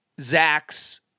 Zach's